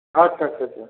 আচ্ছা আচ্ছা আচ্ছা আচ্ছা